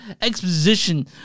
exposition